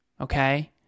okay